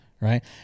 right